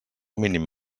mínim